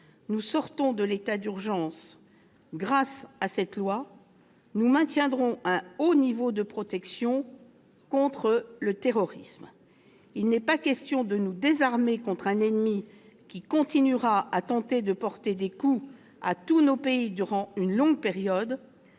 nous sortons de l'état d'urgence, nous maintiendrons, grâce à ce texte de loi, un haut niveau de protection contre le terrorisme. Il n'est pas question de nous désarmer face à un ennemi qui continuera à tenter de porter des coups à tous nos pays durant une longue période.